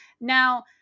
Now